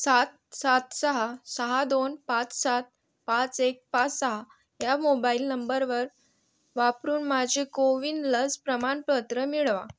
सात सात सहा सहा दोन पाच सात पाच एक पाच सहा या मोबाईल नंबरवर वापरून माझे कोविन लस प्रमाणपत्र मिळवा